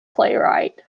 playwright